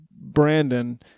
Brandon